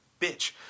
bitch